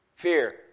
fear